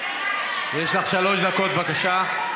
יש לך שלוש דקות, בבקשה.